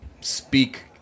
speak